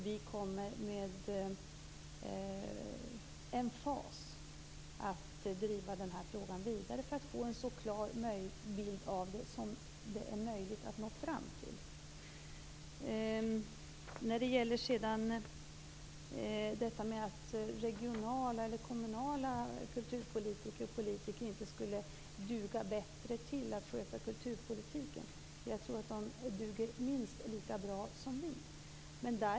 Vi kommer med emfas att driva den här frågan vidare för att få en så klar bild av det som det är möjligt att få. När det gäller detta med att regionala eller kommunala politiker inte skulle duga till att sköta kulturpolitiken vill jag säga att jag tror att de duger minst lika bra som vi.